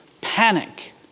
panic